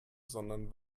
sondern